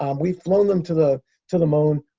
um we've flown them to the to the moon.